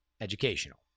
educational